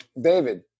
David